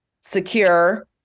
secure